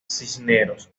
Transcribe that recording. cisneros